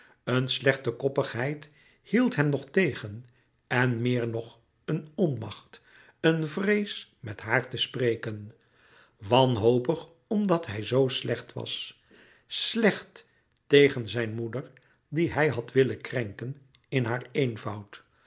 een slechte koppigheid hield hem nog tegen en meer nog een onmacht een vrees met haar te spreken wanhopig omdat hij zoo slecht was slecht tegen zijn moeder die hij had willen krenken in haar eenvoud